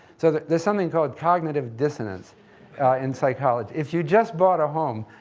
so there's something called cognitive dissonance in psychology. if you just bought a home,